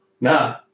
Nah